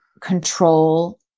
control